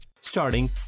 Starting